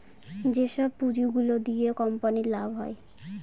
যেসব পুঁজি গুলো দিয়া কোম্পানির লাভ হয়